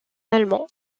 allemand